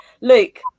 Luke